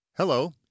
Hello